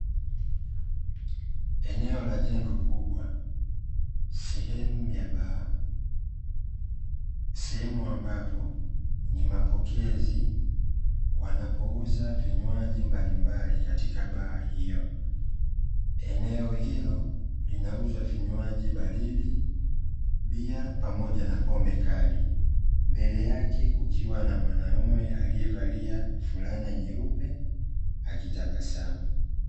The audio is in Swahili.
Eneo la jengo kubwa sehemu ya baa, sehemu ambapo ni mapokezi wanapouza vinywaji mbalimbali katika baa hiyo. Eneo hilo linauzwa vinywaji baridi, bia pamoja pombe kali. Mbele yake kukiwa na mwanaume aliyevalia fulana nyeupe akitabasamu.